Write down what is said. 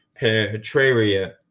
Petraria